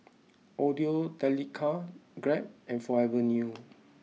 Audio Technica Grab and Forever New